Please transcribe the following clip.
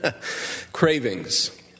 cravings